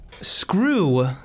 screw